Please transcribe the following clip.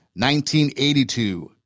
1982